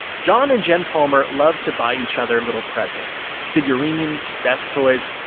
john and jen palmer love to buy each other little presents figurines, desk toys.